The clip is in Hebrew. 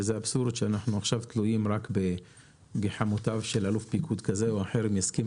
זה אבסורד שאנחנו עכשיו תלויים רק בגחמותיו של אלוף פיקוד כזה או אחר,